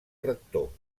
rector